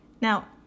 Now